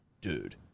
dude